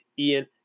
Ian